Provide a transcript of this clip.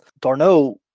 Darno